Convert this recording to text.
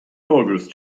august